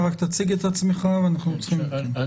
בקצרה בבקשה.